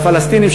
והפלסטינים,